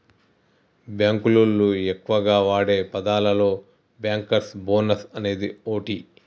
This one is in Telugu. బాంకులోళ్లు ఎక్కువగా వాడే పదాలలో బ్యాంకర్స్ బోనస్ అనేది ఓటి